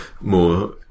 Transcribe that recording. more